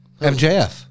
MJF